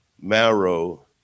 marrow